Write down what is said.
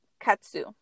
katsu